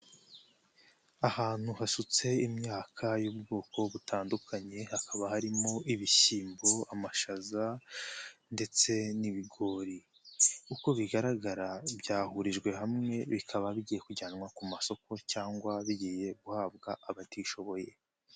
Ahantu hasutse imyaka yo mu bwoko butandukanye hakaba harimo ibishyimbo, amashaza ndetse n'ibigori, uko bigaragara byahurijwe hamwe bikaba bigiye kujyanwa ku masoko cyangwa bigiye guhabwa abatishoboye.